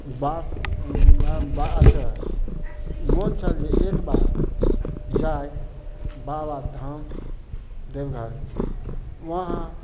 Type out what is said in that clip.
बास बा अतऽ मोन छल जे एक बार जाइ बाबाधाम देवघर उहाँ